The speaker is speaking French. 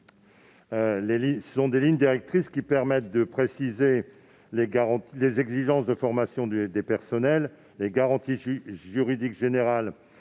autant de lignes directrices permettant de préciser les exigences de formation des personnels, les garanties juridiques générales